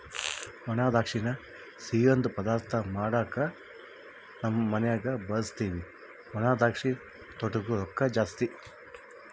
ಒಣದ್ರಾಕ್ಷಿನ ಸಿಯ್ಯುದ್ ಪದಾರ್ಥ ಮಾಡ್ವಾಗ ನಮ್ ಮನ್ಯಗ ಬಳುಸ್ತೀವಿ ಒಣದ್ರಾಕ್ಷಿ ತೊಟೂಗ್ ರೊಕ್ಕ ಜಾಸ್ತಿ